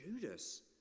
Judas